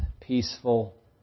peaceful